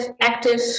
active